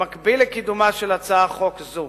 במקביל לקידומה של הצעת חוק זו,